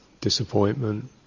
disappointment